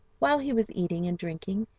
while he was eating and drinking,